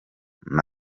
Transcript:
ubuzima